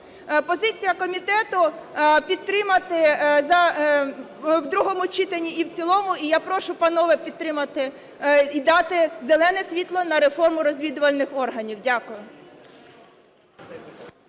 Позиція комітету підтримати в другому читанні і в цілому. І я прошу, панове, підтримати і дати зелене світло на реформу розвідувальних органів. Дякую.